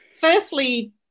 Firstly